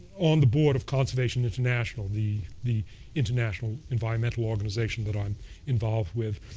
on the board of conservation international, the the international environmental organization that i'm involved with,